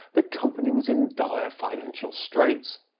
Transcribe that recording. the company was in dire financial straits.